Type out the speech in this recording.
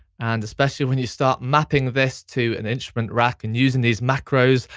and especially when you start mapping this to an instrument rack, and using these macros,